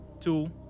two